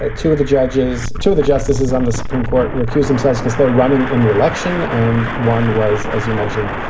ah two of the judges, two of the justices on the supreme court recused themselves because they're running in the election. and one was, as you mentioned,